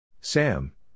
Sam